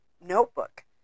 notebook